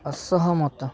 ଅସହମତ